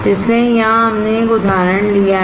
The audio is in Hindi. इसलिए यहां हमने एक उदाहरण लिया है